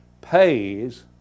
pays